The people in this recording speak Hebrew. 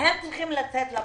הם צריכים לצאת למאבק,